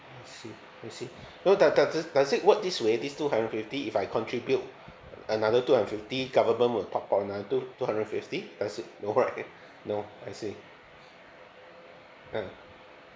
I see I see no does does it does it works this way this two hundred fifty if I contribute another two and fifty government will top up another two two hundred fifty does it no right no I see ah